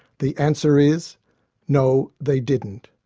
the answer is no, they didn't.